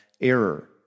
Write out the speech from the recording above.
error